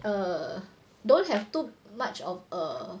err don't have too much of a